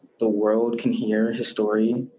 the world can hear his story.